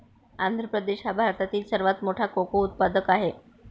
आंध्र प्रदेश हा भारतातील सर्वात मोठा कोको उत्पादक आहे